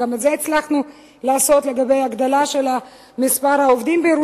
וגם את זה הצלחנו לעשות לגבי הגדלה של מספר העובדים,